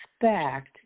expect